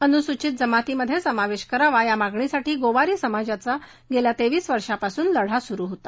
अनुसूचित जमातीमध्ये समाविष्ट करावा या मागणीसाठी गोवारी समाजाचा गेल्या तेवीस वर्षांपासून लढा सुरू होता